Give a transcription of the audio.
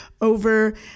over